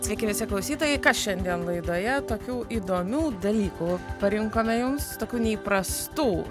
sveiki visi klausytojai kas šiandien laidoje tokių įdomių dalykų parinkome jums tokių neįprastų